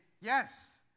yes